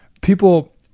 people